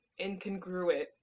incongruent